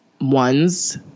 ones